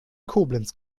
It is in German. koblenz